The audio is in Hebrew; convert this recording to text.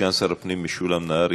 הפנים משולם נהרי.